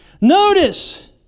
Notice